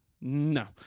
No